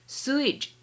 sewage